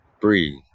breathe